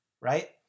right